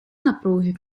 напруги